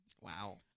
Wow